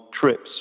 trips